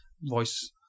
Voice